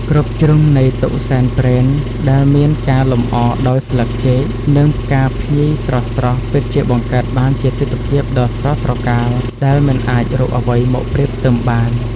គ្រប់ជ្រុងនៃតុសែនព្រេនដែលមានការលម្អដោយស្លឹកចេក និងផ្កាភ្ញីស្រស់ៗពិតជាបង្កើតបានជាទិដ្ឋភាពដ៏ស្រស់ត្រកាលដែលមិនអាចរកអ្វីមកប្រៀបផ្ទឹមបាន។